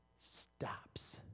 stops